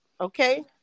Okay